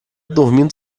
dormindo